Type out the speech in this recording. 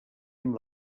amb